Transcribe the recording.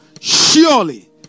Surely